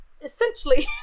essentially